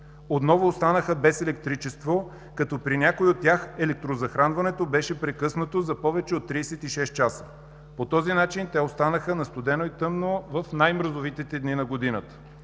отново останаха без електричество, като при някои от тях електрозахранването беше прекъснато за повече от 36 часа. По този начин те останаха на студено и тъмно в най-мразовитите дни на годината.